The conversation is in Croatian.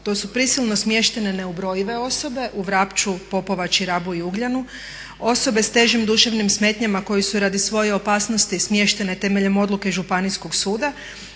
To su prisilno smještene neubrojive osobe u Vrapču, Popovači, Rabu i Ugljanu. Osobe s težim duševnim smetnjama koje su radi svoje opasnosti smještene temeljem odluke Županijskog suda,